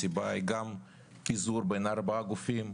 הסיבה היא גם פיזור בין ארבעה גופים.